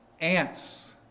ants